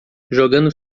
jogando